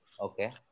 Okay